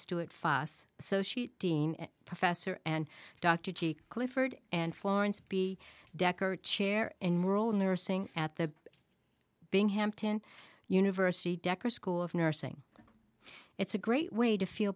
stewart fuss so she dean and professor and dr g clifford and florence b decker chair in rural nursing at the being hampton university decker school of nursing it's a great way to feel